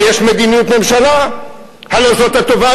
ותעשה דברים טובים וישכחו לך את